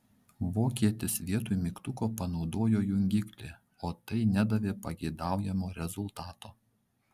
vokietis vietoj mygtuko panaudojo jungiklį o tai nedavė pageidaujamo rezultato